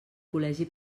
col·legi